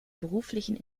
beruflichen